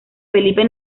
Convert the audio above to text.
felipe